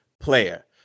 player